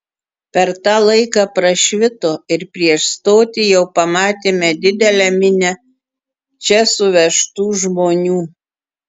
per tą laiką prašvito ir prieš stotį jau pamatėme didelę minią čia suvežtų žmonių